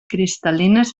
cristal·lines